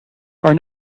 are